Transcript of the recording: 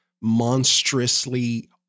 monstrously